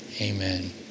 Amen